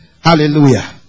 Hallelujah